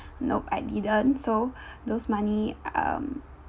nope I didn't so those money um